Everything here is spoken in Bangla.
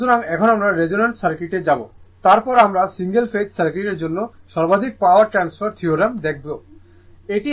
সুতরাং এখন আমরা রেজোন্যান্স সার্কিটে যাব তারপর আমরা সিঙ্গল ফেজ সার্কিটের জন্য সর্বাধিক পাওয়ার ফ্যাক্টর থিওরিম দেখতে পাব